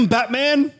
Batman